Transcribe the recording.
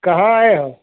कहाँ आए हो